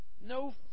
No